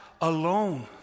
alone